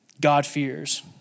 God-fears